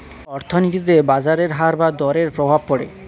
অর্থনীতিতে বাজারের হার বা দরের প্রভাব পড়ে